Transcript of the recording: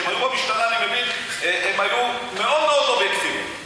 כשהם היו במשטרה הם היו אובייקטיבים מאוד.